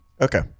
okay